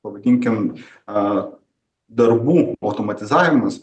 pavadinkim a darbų automatizavimas